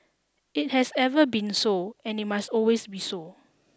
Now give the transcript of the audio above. it has ever been so and it must always be so